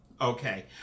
okay